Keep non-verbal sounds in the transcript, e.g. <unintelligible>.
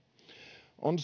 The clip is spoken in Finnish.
on <unintelligible>